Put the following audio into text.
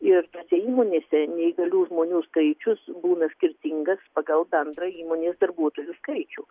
ir tose įmonėse neįgalių žmonių skaičius būna skirtingas pagal bendrą įmonės darbuotojų skaičių